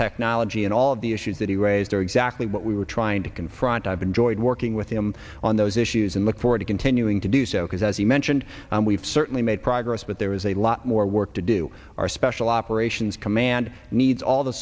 technology and all of the issues that he raised are exactly what we were trying to confront i've enjoyed working with him on those issues and look forward to continuing to do so because as you mentioned we've certainly made progress but there is a lot more work to do our special operations command needs all the